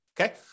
okay